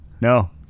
no